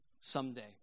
someday